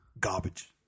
Garbage